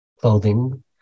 clothing